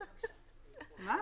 מה?